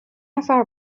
نفر